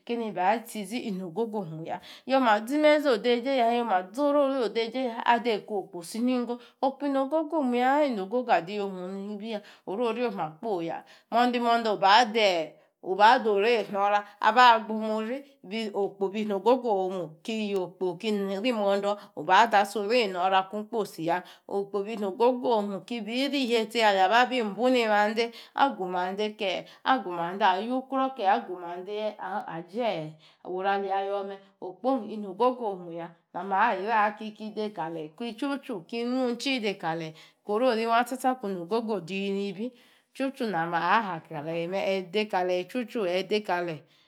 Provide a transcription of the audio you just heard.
Keni ba tsiji inogogo omuya. yoma. azimezi okposi, oyoma zoriori odejeya adeka- okpo osiningoya; okpo inogogo omuya, inogogo adiomu nibiya, oriori oma kposi, ya mo̱ndo̱ oba doru no̱ra abagbumuri. Okpo be nogogo omuya ki rimo̱ndo̱ badore no̱ra, okpo be nogogo omuya okibiri ihiesti obibumande agumande ke agumande ayukrow ke agumande ajoru aliayome ya. Okpo ong be nogogo omuya, onu ba ma hi ra̱ aki ki dekaleyi ki chu chu ki dekaleyi ki ngwong chi kaleyi korori wa ku nogogo de nibi. Chu- chu na me aha ha kaleyi me̱ chu- chu aidekaleyi.